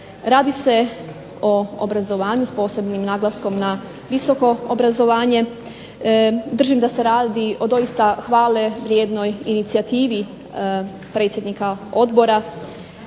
Radi se o obrazovanju s posebnim naglaskom na visoko obrazovanje. Držim da se radi o doista hvale vrijednoj inicijativi predsjednika odbora